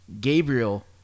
Gabriel